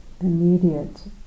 immediate